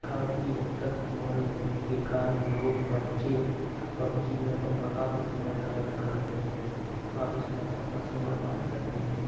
काफी हद तक मॉडर्न होने के कारण लोग बच्चे पबजी में अपना काफी समय करते हैं काफी समय तक अपना समय बर्बाद करते हैं